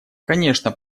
конечно